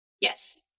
Yes